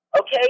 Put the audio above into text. Okay